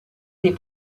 les